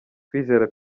kwizera